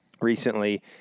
recently